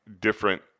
different